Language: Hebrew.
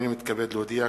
הנני מתכבד להודיע,